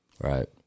right